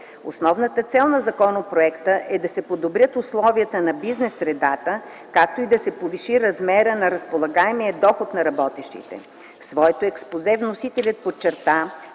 Основната цел на законопроекта е да се подобрят условията на бизнес средата, както и да се повиши размерът на разполагаемия доход на работещите. В своето експозе вносителят подчерта,